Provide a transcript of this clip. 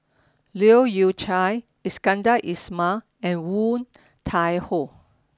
Leu Yew Chye Iskandar Ismail and Woon Tai Ho